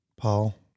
Paul